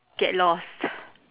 get lost